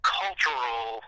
cultural